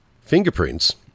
fingerprints